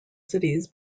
cities